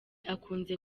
akunze